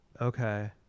Okay